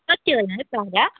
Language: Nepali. कति होला है